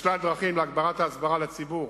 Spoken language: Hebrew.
בשלל דרכים להגברת ההסברה לציבור